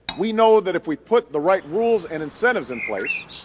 we know that if we put the right rules and incentives in place,